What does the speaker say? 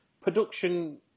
production